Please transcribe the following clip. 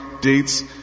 dates